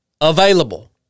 available